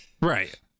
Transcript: Right